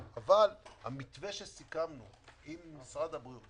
המתווה שסיכמנו עם משרד הבריאות,